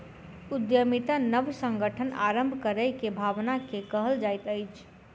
उद्यमिता नब संगठन आरम्भ करै के भावना के कहल जाइत अछि